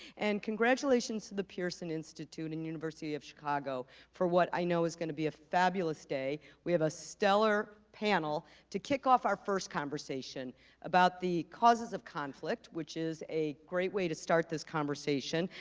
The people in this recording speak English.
and congratulations to the pearson institute and university of chicago for what i know is gonna be a fabulous day. we have a stellar panel to kick off our first conversation about the causes of conflict, which is a great way to start this conversation.